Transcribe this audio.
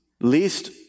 least